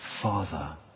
Father